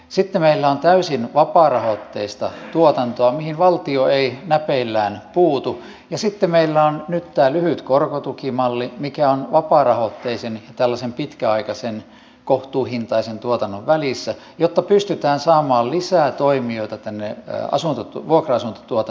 sitten meillä on täysin vapaarahoitteista tuotantoa mihin valtio ei näpeillään puutu ja sitten meillä on nyt tämä lyhyt korkotukimalli mikä on vapaarahoitteisen tällaisen pitkäaikaisen kohtuuhintaisen tuotannon välissä jotta pystytään saamaan lisää toimijoita tänne vuokra asuntotuotannon piiriin